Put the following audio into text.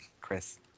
Chris